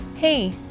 Hey